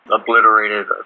obliterated